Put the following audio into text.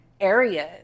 areas